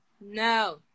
no